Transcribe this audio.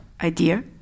idea